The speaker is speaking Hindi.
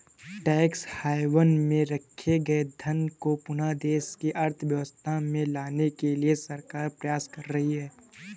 टैक्स हैवन में रखे गए धन को पुनः देश की अर्थव्यवस्था में लाने के लिए सरकार प्रयास कर रही है